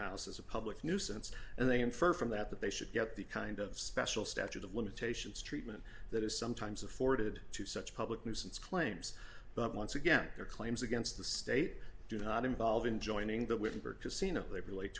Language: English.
house as a public nuisance and they infer from that that they should get the kind of special statute of limitations treatment that is sometimes afforded to such public nuisance claims but once again their claims against the state do not involve in joining the wittenburg casino they relate